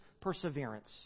perseverance